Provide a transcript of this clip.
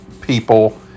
people